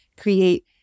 create